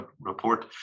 report